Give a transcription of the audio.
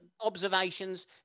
observations